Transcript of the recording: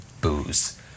booze